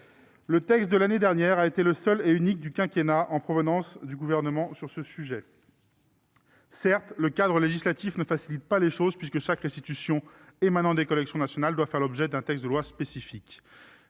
Le texte de l'année dernière a été le seul et unique du quinquennat en provenance du Gouvernement sur ce sujet. Certes, le cadre législatif ne facilite pas les choses, puisque chaque restitution émanant des collections nationales doit faire l'objet d'un texte de loi spécifique.